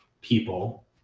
people